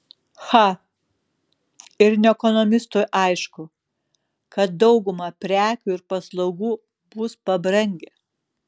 cha ir ne ekonomistui aišku kad dauguma prekių ir paslaugų bus pabrangę